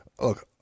look